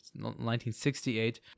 1968